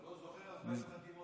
אתה לא זוכר 40 חתימות?